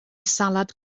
salad